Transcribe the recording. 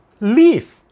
leave